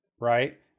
Right